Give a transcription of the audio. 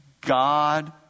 God